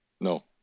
No